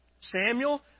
Samuel